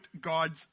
God's